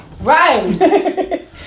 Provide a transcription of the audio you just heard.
Right